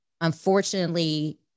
unfortunately